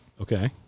Okay